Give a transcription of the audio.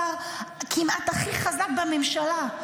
השר כמעט הכי חזק בממשלה,